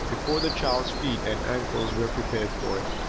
before the child's feet and ankles were prepared for it.